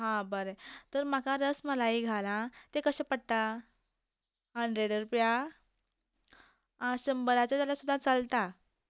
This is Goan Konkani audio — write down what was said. हां बरें तर म्हाका रसमलाई घाल हा तें कशें पडटा हन्ड्रेड रुपयां आंं शंबराचे जाल्यार सुद्दां चलता